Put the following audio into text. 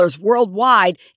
worldwide